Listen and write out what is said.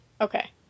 Okay